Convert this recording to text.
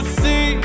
see